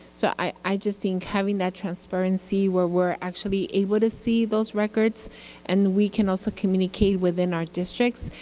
so i just think having that transparency where we are actually able to see those records and we can also communicate within our districts,